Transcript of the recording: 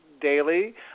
Daily